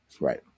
right